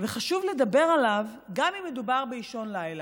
וחשוב לדבר עליו, גם אם מדובר באישון לילה,